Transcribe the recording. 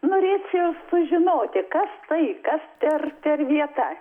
norėčiau sužinoti kas tai kas per per vieta